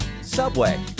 Subway